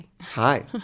Hi